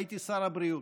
הייתי שר הבריאות.